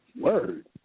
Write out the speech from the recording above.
Word